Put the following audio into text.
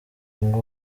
nko